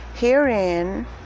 Herein